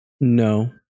no